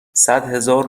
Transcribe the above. صدهزار